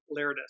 Lairdus